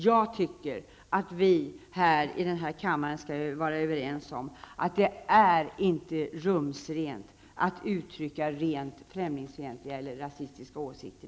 Jag tycker att vi i denna kammare bör vara överens om att det inte är rumsrent att i Sverige i dag uttrycka rent främlingsfientliga eller rasistiska åsikter.